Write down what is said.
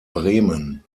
bremen